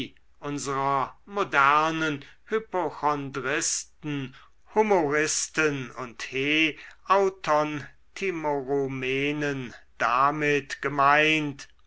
modernen hypochondristen humoristen und heautontimorumenen damit gemeint